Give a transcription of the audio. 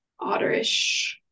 otterish